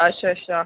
अच्छा अच्छा